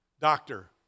doctor